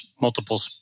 multiple